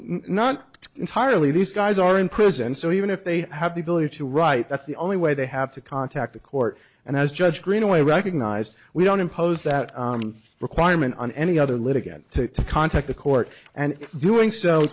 not entirely these guys are in prison so even if they have the ability to write that's the only way they have to contact the court and as judge greenaway recognized we don't impose that requirement on any other litigant to contact the court and doing so